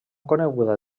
coneguda